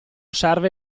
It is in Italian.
serve